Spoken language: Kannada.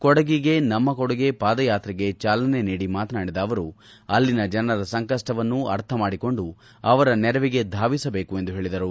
ಕೊಡಗಿಗೆ ನಮ್ಮ ಕೊಡುಗೆ ಪಾದಯಾತ್ರೆಗೆ ಚಾಲನೆ ನೀಡಿ ಮಾತನಾಡಿದ ಅವರು ಅಲ್ಲಿನ ಜನರ ಸಂಕಪ್ಪವನ್ನು ಅರ್ಥ ಮಾಡಿಕೊಂಡು ಅವರ ನೆರವಿಗೆ ಧಾವಿಸಬೇಕು ಎಂದು ಹೇಳಿದರು